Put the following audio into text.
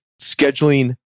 scheduling